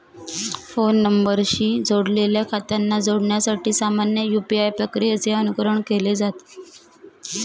phone नंबरशी जोडलेल्या खात्यांना जोडण्यासाठी सामान्य यू.पी.आय प्रक्रियेचे अनुकरण केलं जात